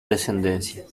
descendencia